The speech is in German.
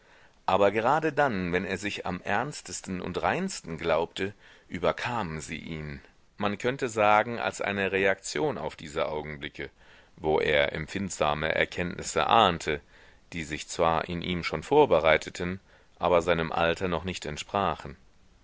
aber gerade dann wenn er sich am ernstesten und reinsten glaubte überkamen sie ihn man könnte sagen als eine reaktion auf diese augenblicke wo er empfindsame erkenntnisse ahnte die sich zwar in ihm schon vorbereiteten aber seinem alter noch nicht entsprachen